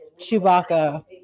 Chewbacca